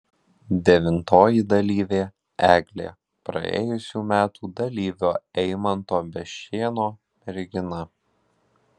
devintoji dalyvė eglė praėjusių metų dalyvio eimanto bešėno mergina